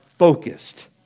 focused